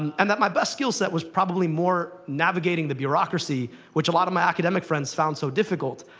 and that my best skill set was probably more navigating the bureaucracy, which a lot of my academic friends found so difficult,